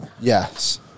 Yes